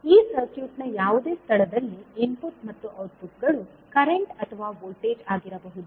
ಈ ಸರ್ಕ್ಯೂಟ್ನ ಯಾವುದೇ ಸ್ಥಳದಲ್ಲಿ ಇನ್ಪುಟ್ ಮತ್ತು ಔಟ್ಪುಟ್ ಗಳು ಕರೆಂಟ್ ಅಥವಾ ವೋಲ್ಟೇಜ್ ಆಗಿರಬಹುದು